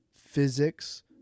Physics